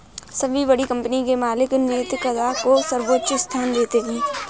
सभी बड़ी कंपनी के मालिक नैतिकता को सर्वोच्च स्थान देते हैं